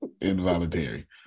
involuntary